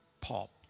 pop